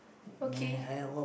okay